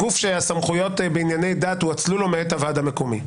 גוף שסמכויות בענייני דת הואצלו לו מאת הוועד המקומי.